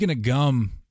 gum